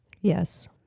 Yes